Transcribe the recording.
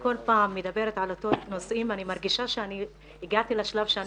וכל פעם אני מדברת על אותם נושאים ואני מרגישה שהגעתי לשלב שאני